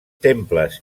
temples